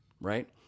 Right